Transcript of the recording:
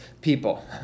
people